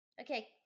Okay